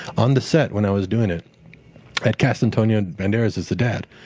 on the set when i was doing it, i had cast antonio and banderas as the dad,